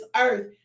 earth